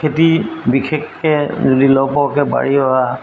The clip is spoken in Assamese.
খেতি বিশেষকৈ যদি লহ পহকৈ বাঢ়ি অহা